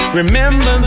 remember